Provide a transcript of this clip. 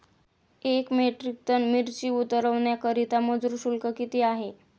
एक metric ton मिरची उतरवण्याकरता मजूर शुल्क किती आहे?